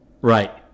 Right